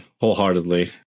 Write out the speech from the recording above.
wholeheartedly